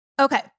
Okay